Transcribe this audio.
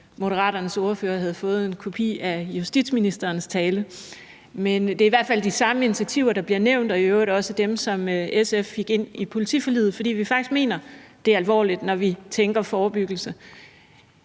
Moderaternes ordfører havde fået en kopi af justitsministerens tale. Det er i hvert fald de samme initiativer, der bliver nævnt, og i øvrigt også dem, som SF fik ind i politiforliget, fordi vi faktisk mener det alvorligt, når vi tænker i forebyggelse.